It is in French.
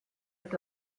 est